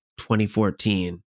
2014